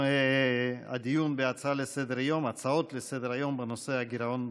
כמה היה הגירעון ב-2014?